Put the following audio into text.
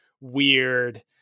weird